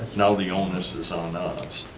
now the onus is on us.